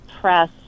press